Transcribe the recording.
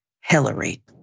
Hillary